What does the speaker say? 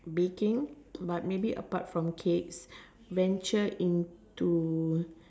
baking but maybe apart from cakes venture into